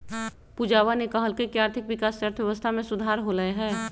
पूजावा ने कहल कई की आर्थिक विकास से अर्थव्यवस्था में सुधार होलय है